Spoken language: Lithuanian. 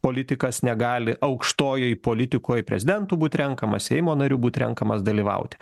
politikas negali aukštojoj politikoj prezidentu būt renkamas seimo nariu būt renkamas dalyvauti